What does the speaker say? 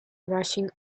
rushing